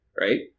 Right